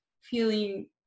feeling